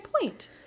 point